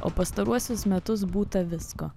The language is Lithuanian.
o pastaruosius metus būta visko